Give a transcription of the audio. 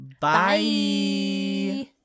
Bye